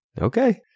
okay